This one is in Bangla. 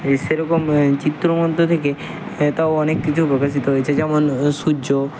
এই সেরকম চিত্র মধ্যে থেকে তাও অনেক কিছু প্রকাশিত হয়েছে যেমন সূর্য